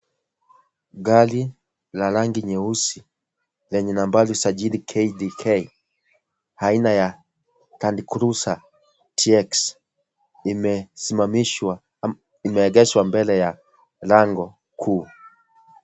Gari la rangi nyeusi, lenye nambari sajili KDK haina ya Landcruiser tx limesimamishwa ama imeegeshwa mbele ya lango kuu.